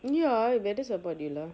ya better support you lah